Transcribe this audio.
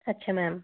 ਅੱਛਾ ਮੈਮ